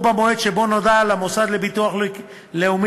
או במועד שבו נודע למוסד לביטוח לאומי,